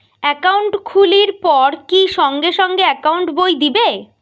Account খুলির পর কি সঙ্গে সঙ্গে একাউন্ট বই দিবে?